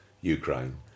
Ukraine